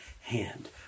hand